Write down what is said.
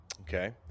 Okay